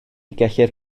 gellir